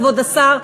כבוד השר,